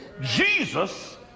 Jesus